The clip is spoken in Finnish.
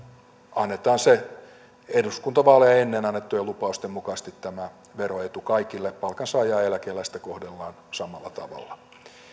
annetaan eduskuntavaaleja ennen annettujen lupausten mukaisesti tämä veroetu kaikille palkansaajaa ja eläkeläistä kohdellaan samalla tavalla